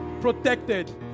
protected